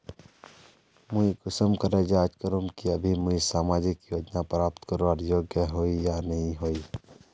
मुई कुंसम करे जाँच करूम की अभी मुई सामाजिक योजना प्राप्त करवार योग्य होई या नी होई?